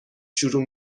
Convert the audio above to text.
شروع